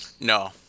No